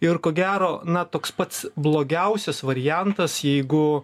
ir ko gero na toks pats blogiausias variantas jeigu